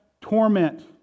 torment